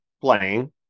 playing